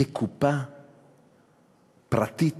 כקופה פרטית